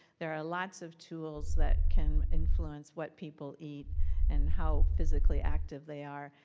there are lots of tools that can influence what people eat and how physically active they are,